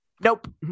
Nope